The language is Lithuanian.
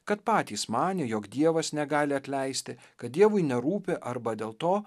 kad patys manė jog dievas negali atleisti kad dievui nerūpi arba dėl to